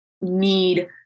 need